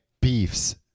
beefs